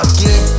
Again